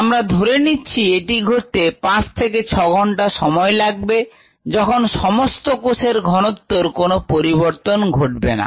আমরা ধরে নিচ্ছি এটি ঘটতে 5 থেকে 6 ঘন্টা সময় লাগবে যখন সমস্ত কোষের ঘনত্তের কোন পরিবর্তন ঘটবে না